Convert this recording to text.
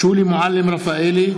שולי מועלם-רפאלי,